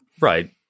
Right